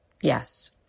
Yes